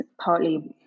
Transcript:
partly